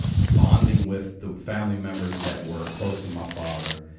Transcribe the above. bonding with the family members that were close to my father,